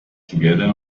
together